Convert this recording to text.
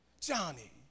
Johnny